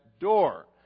door